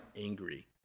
angry